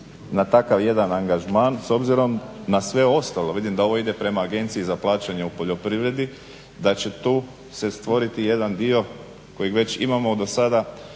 na takav jedan angažman s obzirom na sve ostalo? Vidim da ovo ide prema Agenciji za plaćanje u poljoprivredi, da će tu se stvoriti jedan dio kojeg već imamo dosada